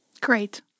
Great